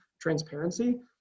transparency